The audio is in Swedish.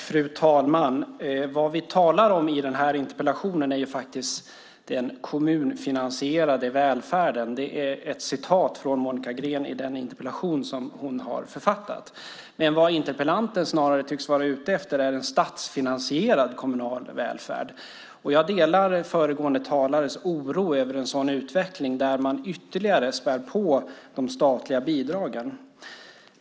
Fru talman! Vad vi talar om i interpellationsdebatten är den kommunfinansierade välfärden. Det står i den interpellation som Monica Green har författat. Men vad interpellanten snarare tycks vara ute efter är statsfinansierad kommunal välfärd. Jag delar föregående talares oro över en sådan utveckling där man ytterligare spär på de statliga bidragen.